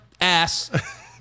ass